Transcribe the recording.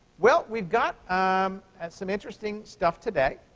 well, we've got um and some interesting stuff today.